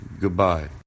Goodbye